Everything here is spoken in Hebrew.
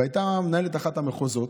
והייתה מנהלת אחת המחוזות.